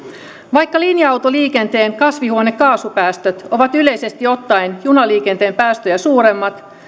vaikka linja autoliikenteen kasvihuonekaasupäästöt ovat yleisesti ottaen junaliikenteen päästöjä suuremmat